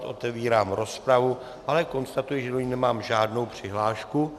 Otevírám rozpravu, ale konstatuji, že do ní nemám žádnou přihlášku.